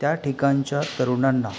त्या ठिकाणच्या तरुणांना